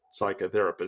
psychotherapist